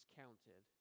counted